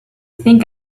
think